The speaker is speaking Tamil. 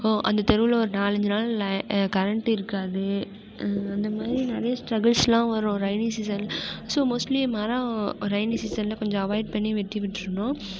அந்த தெருவில் ஒரு நாலஞ்சு நாள் கரண்ட் இருக்காது அந்தமாதிரி நிறைய ஸ்ட்ரகிள்ஸ்லாம் வரும் ரெய்னி சீசன் ஸோ மோஸ்ட்லி மரம் ரெய்னி சீசனில் கொஞ்சம் அவாய்ட் பண்ணி வெட்டி விட்டுறணும்